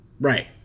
Right